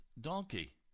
donkey